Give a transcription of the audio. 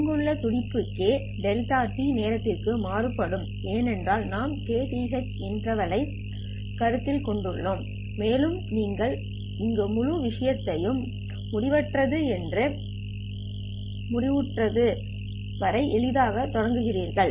இங்குள்ள துடிப்பு k δt நேரத்திற்கு மாற்றப்படும் ஏனென்றால் நாம் kth கருத்தில் கொண்டுள்ளோம் மேலும் நீங்கள் இந்த முழு விஷயத்தையும் - முடிவற்றது முதல் முடிவற்றது வரை எளிதாக தொகுக்கிறீர்கள்